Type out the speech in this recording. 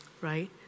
right